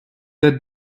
the